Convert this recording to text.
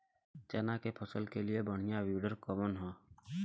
चना के फसल के लिए बढ़ियां विडर कवन ह?